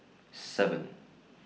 seven